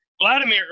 Vladimir